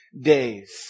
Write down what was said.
days